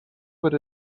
what